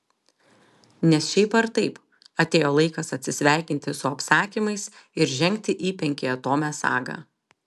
nes šiaip ar taip atėjo laikas atsisveikinti su apsakymais ir žengti į penkiatomę sagą